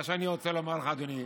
מה שאני רוצה לומר לך, אדוני,